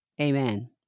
Amen